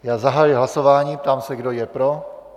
Já zahajuji hlasování, ptám se, kdo je pro.